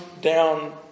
down